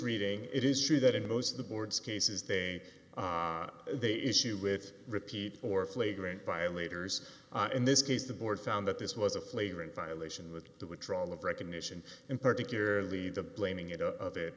reading it is true that in most of the boards cases they they issue with repeat or flagrant violators in this case the board found that this was a flagrant violation that the withdrawal of recognition and particularly the blaming it o